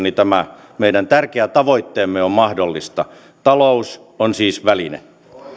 tämä meidän tärkeä tavoitteemme on mahdollinen talous on siis väline